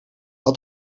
had